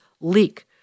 leak